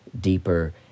deeper